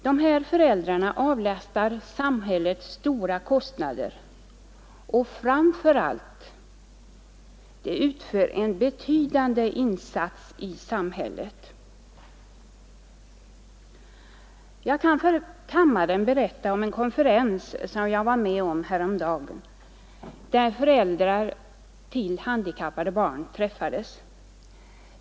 De här föräldrarna avlastar samhället stora kostnader, och framför allt utför de en betydande insats i samhället. Jag kan för kammaren berätta om en konferens som jag var med på häromdagen, där föräldrar till handikappade barn träffades.